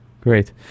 great